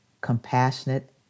compassionate